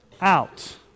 out